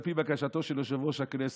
על פי בקשתו של יושב-ראש הכנסת,